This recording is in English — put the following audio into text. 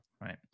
Right